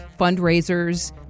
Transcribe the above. fundraisers